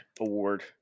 award